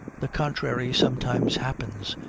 the contrary sometimes happens,